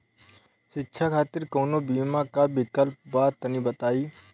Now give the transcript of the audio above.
शिक्षा खातिर कौनो बीमा क विक्लप बा तनि बताई?